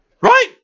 Right